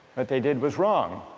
what they did was wrong,